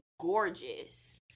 gorgeous